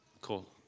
cool